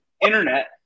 internet